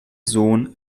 sohn